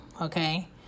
okay